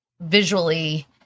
visually